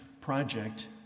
project